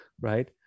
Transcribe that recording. right